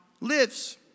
lives